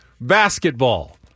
basketball